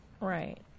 Right